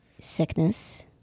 Sickness